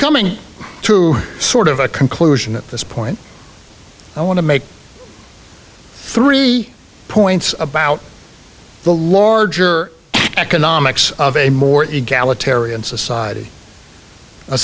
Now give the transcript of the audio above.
coming to sort of a conclusion at this point i want to make three points about the larger economics of a more